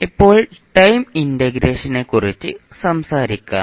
ഇപ്പോൾ ടൈം ഇന്റഗ്രേഷനെക്കുറിച്ച് സംസാരിക്കാം